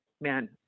man